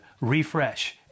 refresh